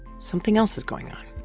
something else is going on.